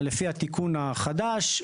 לפי התיקון החדש,